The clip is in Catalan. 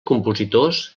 compositors